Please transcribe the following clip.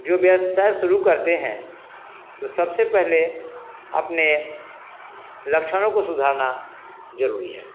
जो व्यवसाय शुरू करते हैं तो सबसे पहले अपने लक्षणों को सुधारना ज़रूरी है